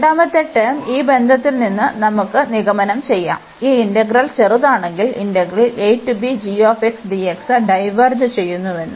രണ്ടാമത്തെ ടേം ഈ ബന്ധത്തിൽ നിന്ന് നമുക്ക് നിഗമനം ചെയ്യാം ഈ ഇന്റഗ്രൽ ചെറുതാണെങ്കിൽ ഡൈവേർജ് ചെയ്യുന്നുവെന്ന്